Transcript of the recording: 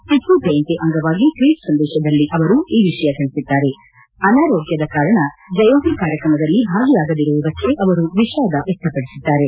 ಟಪ್ಪುಜಯಂತಿ ಅಂಗವಾಗಿ ಟ್ವೀಟ್ ಸಂದೇಶದಲ್ಲಿ ಅವರು ವಿಷಯ ತಿಳಿಸಿದ್ದಾರೆ ಅನಾರೋಗ್ದದ ಕಾರಣ ಜಯಂತಿ ಕಾರ್ಯಕ್ರದಲ್ಲಿ ಭಾಗಿಯಾಗದಿರುವುದಕ್ಕೆ ಅವರು ವಿಷಾದ ವ್ಯಕ್ಷಪಡಿಸಿದ್ದಾರೆ